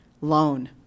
Loan